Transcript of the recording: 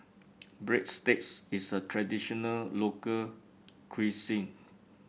breadsticks is a traditional local cuisine